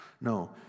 No